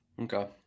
Okay